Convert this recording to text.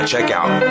Checkout